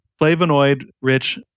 flavonoid-rich